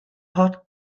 hot